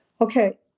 Okay